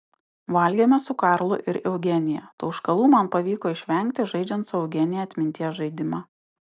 valgėme su karlu ir eugenija tauškalų man pavyko išvengti žaidžiant su eugenija atminties žaidimą